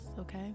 okay